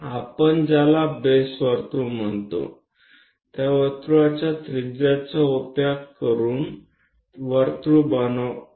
અહીંયાથી આ ગિયરના મધ્યમ સ્તર સુધીની જે પણ કંઇ ત્રિજ્યા હોય તેનો આપણે ઉપયોગ કરીશું અને એક વર્તુળ રચીશું